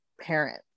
parent